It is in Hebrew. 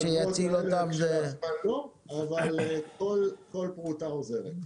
אבל כל פרוטה עוזרת.